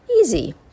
easy